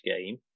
game